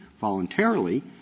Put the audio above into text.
voluntarily